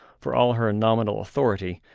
for all her nominal authority,